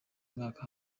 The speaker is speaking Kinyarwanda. mwaka